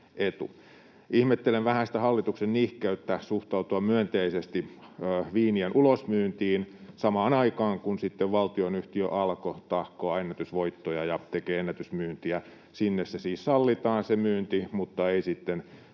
Ihmettelen vähän sitä hallituksen nihkeyttä suhtautua myönteisesti viinien ulosmyyntiin samaan aikaan, kun valtionyhtiö Alko tahkoaa ennätysvoittoja ja tekee ennätysmyyntiä. Sinne siis sallitaan se myynti, mutta ei